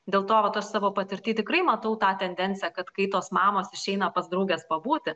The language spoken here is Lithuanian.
dėl to vat aš savo patirty tikrai matau tą tendenciją kad kai tos mamos išeina pas drauges pabūti